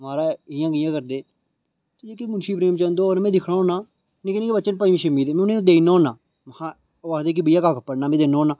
महाराज इ'यां कि'यां करदे जेहके मुन्शी प्रेम चन्द होर में दिक्खना होना बच्चे ने पंजमी छेमी दे में उ'नें गी देई ओड़ना होन्नां ओह् आखदे भैया कक्ख पढ़ने गी जन्ना होन्नां